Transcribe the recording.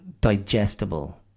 digestible